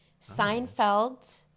Seinfeld